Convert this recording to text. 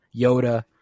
Yoda